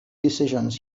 decisions